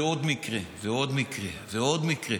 זה עוד מקרה ועוד מקרה ועוד מקרה,